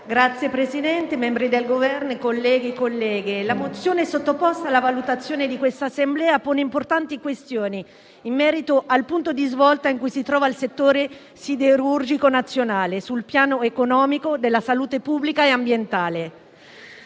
rappresentanti del Governo, colleghe e colleghi, la mozione sottoposta alla valutazione dell'Assemblea pone importanti questioni in merito al punto di svolta in cui si trova il settore siderurgico nazionale, sul piano economico, della salute pubblica e ambientale.